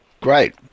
great